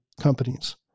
companies